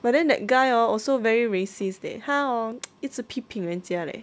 but then that guy hor also very racist leh 他 hor 一直批评人家 leh